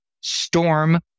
storm